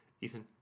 ethan